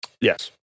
Yes